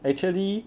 actually